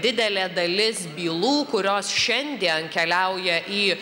didelė dalis bylų kurios šiandien keliauja į